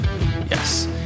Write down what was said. Yes